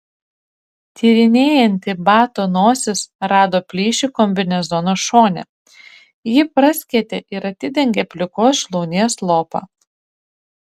tyrinėjanti bato nosis rado plyšį kombinezono šone jį praskėtė ir atidengė plikos šlaunies lopą